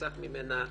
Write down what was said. שחסך ממנה